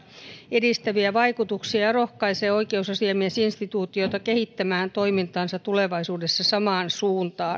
edistäviä vaikutuksia ja rohkaisee oikeusasiamiesinstituutiota kehittämään toimintaansa tulevaisuudessa samaan suuntaan